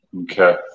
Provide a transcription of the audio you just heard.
Okay